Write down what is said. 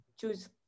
Choose